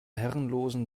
herrenlosen